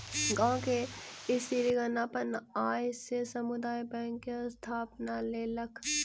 गाम के स्त्रीगण अपन आय से समुदाय बैंक के स्थापना केलक